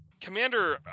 Commander